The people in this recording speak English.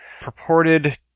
purported